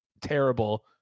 terrible